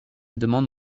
demande